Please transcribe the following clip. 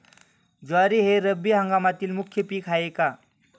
ज्वारी हे रब्बी हंगामातील मुख्य पीक आहे का?